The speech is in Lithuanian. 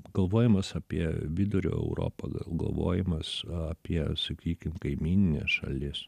galvojimas apie vidurio europą galvojimas apie sakykim kaimynines šalis